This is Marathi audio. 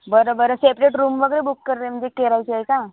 बरं बरं सेपरेट रूम वगैरे बुक करून बी ठेवायची आहे का